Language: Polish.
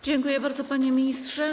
Dziękuję bardzo, panie ministrze.